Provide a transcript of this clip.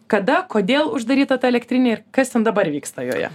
kada kodėl uždaryta ta elektrinė ir kas ten dabar vyksta joje